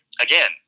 again